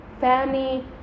family